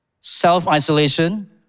Self-isolation